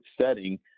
setting